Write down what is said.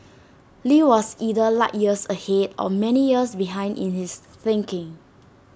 lee was either light years ahead or many years behind in his thinking